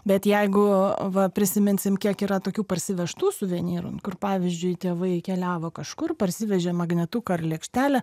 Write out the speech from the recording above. bet jeigu va prisiminsim kiek yra tokių parsivežtų suvenyrų kur pavyzdžiui tėvai keliavo kažkur parsivežė magnetuką ar lėkštelę